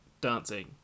dancing